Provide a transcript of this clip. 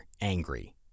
angry